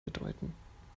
bedeuten